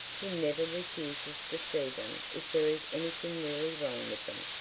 he never refuses to see them if there is anything really wrong with them.